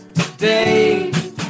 today